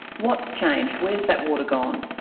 what's changed, where has that water gone?